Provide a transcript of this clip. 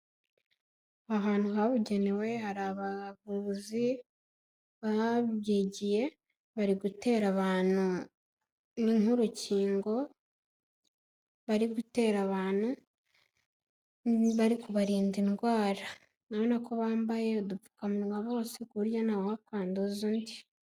Ahantu habugenewe hari abavuzi babyigiye bari gutera abantu ni nk'urukingo bari gutera abantu, bari kubarinda indwara urabona ko bambaye udupfukamunwa bose ku buryo ntawakwanduza undi.